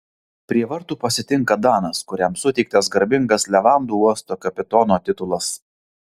prie vartų pasitinka danas kuriam suteiktas garbingas levandų uosto kapitono titulas